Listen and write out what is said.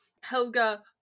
Helga